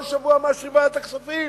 כל שבוע מאשרים בוועדת הכספים